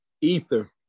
Ether